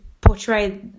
portray